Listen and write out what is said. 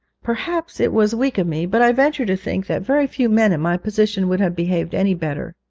perhaps it was weak of me, but i venture to think that very few men in my position would have behaved any better.